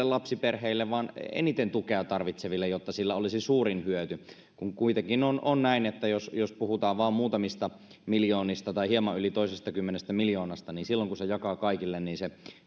lapsiperheille vaan eniten tukea tarvitseville jotta siitä olisi suurin hyöty koska kuitenkin on on näin että jos jos puhutaan vain muutamista miljoonista tai hieman yli toisesta kymmenestä miljoonasta niin silloin kun sen jakaa kaikille niin se